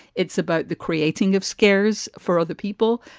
it's about the creating of scares for other people.